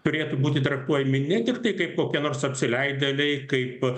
turėtų būti traktuojami ne tiktai kaip kokie nors apsileidėliai kaip